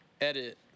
Edit